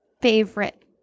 Favorite